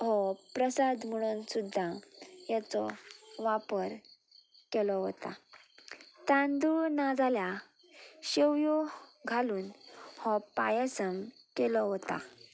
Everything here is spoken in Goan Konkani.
हो प्रसाद म्हणून सुद्दां हाचो वापर केलो वता तांदूळ नाजाल्या शेवयो घालून हो पायासम केलो वता